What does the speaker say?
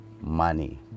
money